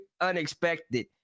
unexpected